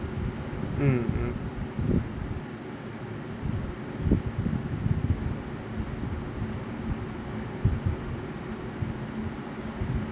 mm mm